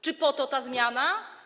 Czy po to ta zmiana?